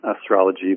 astrology